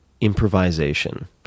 improvisation